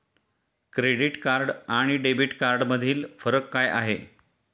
Credit card आणि debit कार्डमधील फरक काय आहे?